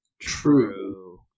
true